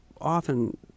Often